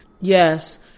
Yes